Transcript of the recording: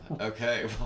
Okay